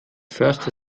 förster